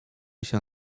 się